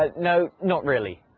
ah no, not really.